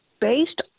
based